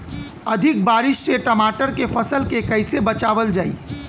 अधिक बारिश से टमाटर के फसल के कइसे बचावल जाई?